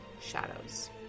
shadows